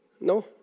No